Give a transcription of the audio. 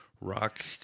rock